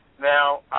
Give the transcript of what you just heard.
Now